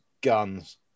guns